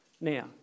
now